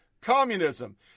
communism